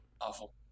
Awful